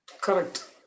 Correct